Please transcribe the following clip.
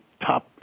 top